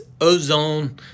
ozone